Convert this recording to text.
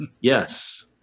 Yes